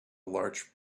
large